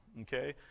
okay